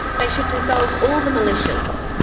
they should dissolve all the militias.